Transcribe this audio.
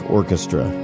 Orchestra